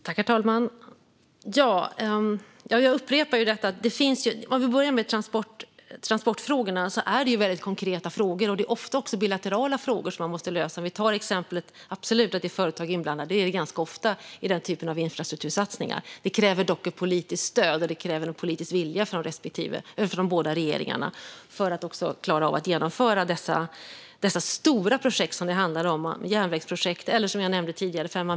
Herr talman! Jag får upprepa det jag sagt. Låt mig börja med transportfrågorna, som ofta är väldigt konkreta. Ofta är det också bilaterala frågor som man måste lösa. Visst är företag ganska ofta inblandade i sådana infrastruktursatsningar. Det kräver dock ett politiskt stöd och en politisk vilja från de båda regeringarna för att man ska klara av att genomföra de stora projekt som det handlar om. Det kan vara järnvägsprojekt eller Fehmarn Bält, som jag nämnde tidigare.